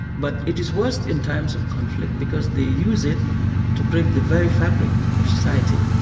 but it is worse in times of conflict, because they use it to break the very fabric of society.